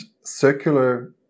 Circular